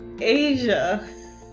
Asia